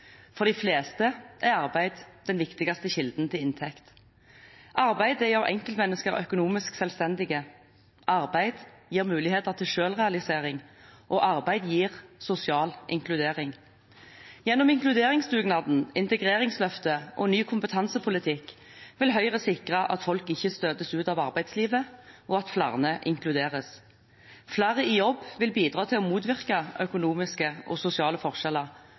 For de fleste er arbeid den viktigste kilden til inntekt. Arbeid gjør enkeltmennesker økonomisk selvstendige. Arbeid gir muligheter til selvrealisering, og arbeid gir sosial inkludering. Gjennom inkluderingsdugnaden, integreringsløftet og ny kompetansepolitikk vil Høyre sikre at folk ikke støtes ut av arbeidslivet, og at flere inkluderes. Flere i jobb vil bidra til å motvirke økonomiske og sosiale forskjeller,